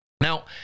Now